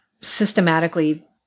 systematically